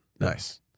nice